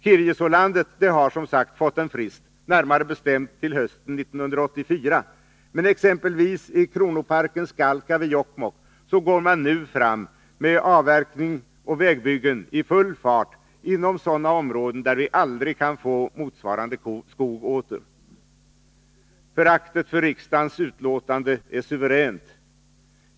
Kirjesålandet har som sagt fått en frist, närmare bestämt till hösten 1984, men exempelvis i kronoparken Skalka vid Jokkmokk går man nu fram med både avverkning och vägbyggen inom sådana områden där vi aldrig kan få motsvarande skog åter. Föraktet för riksdagens utlåtande är suveränt.